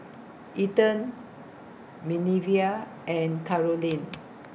Ethen Minervia and Karolyn